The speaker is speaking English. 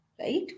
right